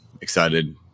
excited